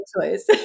choice